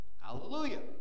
hallelujah